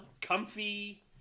comfy